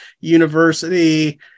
university